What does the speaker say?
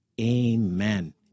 Amen